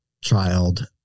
child